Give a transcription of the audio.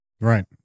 Right